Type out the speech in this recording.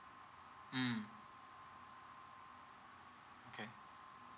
mm okay